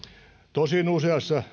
tosin useassa